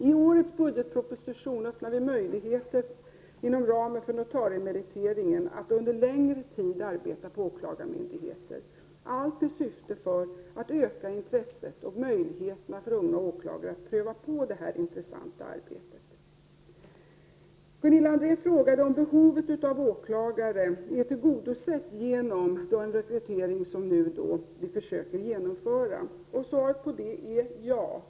I årets budgetproposition öppnar vi möjligheter för att inom ramen för notariemeriteringen under längre tid arbeta på åklagarmyndigheter, allt i syfte att öka intresset och möjligheterna för unga jurister att pröva på detta intressanta arbete. Gunilla André frågade om behovet av åklagare är tillgodosett genom den rekrytering som vi nu försöker genomföra. Svaret på den frågan är ja.